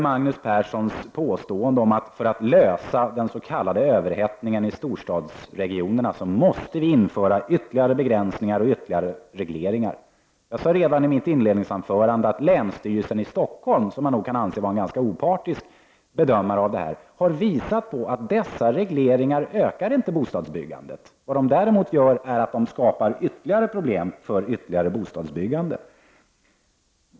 Magnus Persson påstår att vi, för att lösa den s.k. överhettningen i storstadsregionerna, måste införa ytterligare begränsningar och regleringar. Jag sade redan i mitt inledningsanförande att länsstyrelsen i Stockholm, som nog kan anses vara en ganska opartisk bedömare av detta, har visat att dessa regleringar inte ökar bostadsbyggandet. Däremot skapar de ytterligare problem för ytterligare bostadsbyggande.